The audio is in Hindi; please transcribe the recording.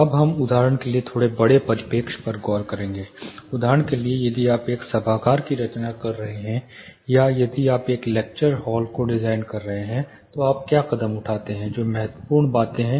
अब हम उदाहरण के लिए थोड़े बड़े परिप्रेक्ष्य पर गौर करेंगे उदाहरण के लिए यदि आप एक सभागार रचना कर रहे हैं या यदि आप एक लेक्चर हॉल को डिजाइन कर रहे हैं तो आप कैसे कदम उठाते हैं जो महत्वपूर्ण बातें हैं